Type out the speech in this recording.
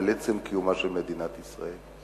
של עצם קיומה של מדינת ישראל.